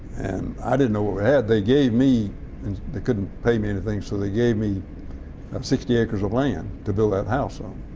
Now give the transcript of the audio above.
and i didn't know what we had. they gave me and they couldn't pay me anything so they gave me um sixty acres of land to build that house on.